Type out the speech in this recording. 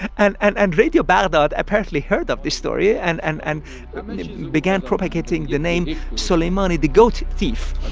and and and radio baghdad apparently heard of this story and and and began propagating the name soleimani the goat thief